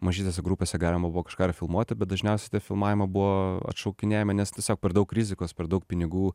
mažytėse grupėse galima buvo kažką ir filmuoti bet dažniausiai tie filmavimai buvo atšaukinėjami nes tiesiog per daug rizikos per daug pinigų